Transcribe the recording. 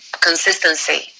consistency